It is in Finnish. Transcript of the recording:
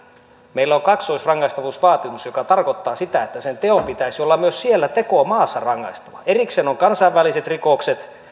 meillä on kaksoisrangaistavuusvaatimus joka tarkoittaa sitä että teon pitäisi olla myös siellä tekomaassa rangaistava erikseen ovat kansainväliset rikokset